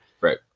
Right